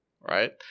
Right